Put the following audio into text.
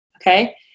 okay